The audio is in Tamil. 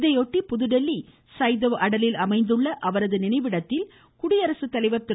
இதையொட்டி புதுதில்லி சதைவ் அடலில் அமைந்துள்ள அவரது நினைவிடத்தில் குடியரசு தலைவர் திரு